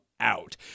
Out